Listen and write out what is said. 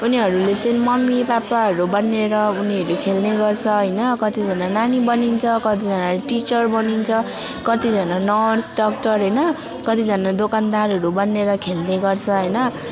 उनीहरूले चाहिँ मम्मी पापाहरू बनिएर उनीहरू खेल्ने गर्छ होइन कतिजना नानी बनिन्छ कतिजनाले टिचर बनिन्छ कतिजना नर्स डाक्टर होइन कतिजना दोकानदारहरू बनेर खेल्ने गर्छ होइन